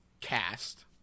cast